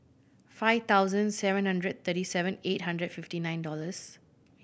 five thousand seven hundred thirty seven eight hundred fifty nine dollars